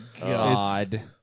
god